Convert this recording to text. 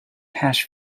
hash